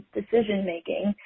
decision-making